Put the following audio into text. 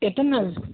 எத்தனை நாள்